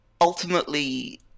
Ultimately